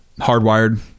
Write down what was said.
Hardwired